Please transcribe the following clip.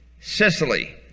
Sicily